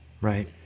Right